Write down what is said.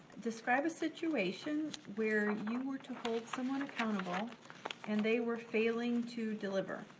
describe a situation where you were to hold someone accountable and they were failing to deliver.